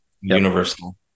universal